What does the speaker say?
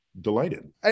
delighted